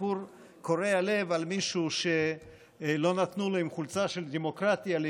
סיפור קורע לב על מישהו עם חולצה של דמוקרטיה שלא